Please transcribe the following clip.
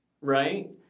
right